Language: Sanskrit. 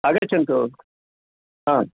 आगच्छन्तु ह